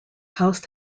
house